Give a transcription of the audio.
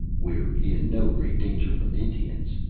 we're in no great danger from indians,